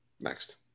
Next